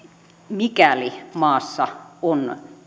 mikäli maassa on